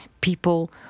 people